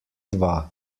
dva